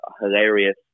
hilarious